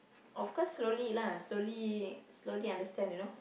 of course slowly lah slowly slowly understand you know